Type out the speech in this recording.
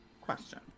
Question